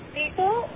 people